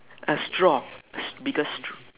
a straw bigger straw